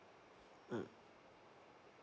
mm